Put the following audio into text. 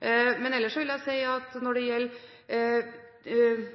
Ellers vil jeg si at når det gjelder